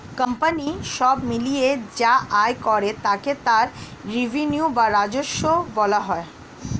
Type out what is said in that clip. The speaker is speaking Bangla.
কোম্পানি সব মিলিয়ে যা আয় করে তাকে তার রেভিনিউ বা রাজস্ব বলা হয়